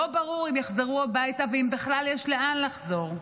לא ברור אם יחזרו הביתה ואם בכלל יש לאן לחזור.